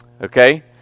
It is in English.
okay